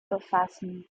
befassen